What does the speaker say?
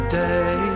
day